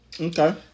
Okay